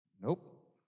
Nope